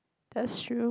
that's true